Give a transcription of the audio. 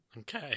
Okay